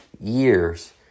years